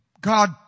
God